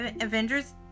Avengers